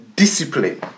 discipline